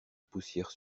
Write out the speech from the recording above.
poussière